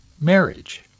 marriage